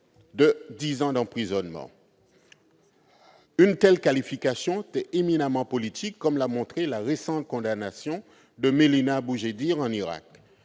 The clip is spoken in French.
de dix ans d'emprisonnement. Une telle qualification est éminemment politique, comme l'a montré la récente condamnation de Mélina Boughedir en Irak.